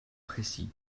précis